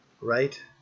right